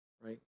right